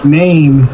name